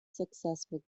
successful